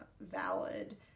valid